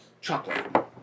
chocolate